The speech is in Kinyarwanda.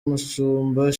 mushumba